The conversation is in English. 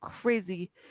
crazy